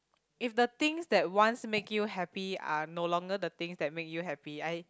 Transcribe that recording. if the things that once make you happy are no longer the things that make you happy I